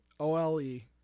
OLE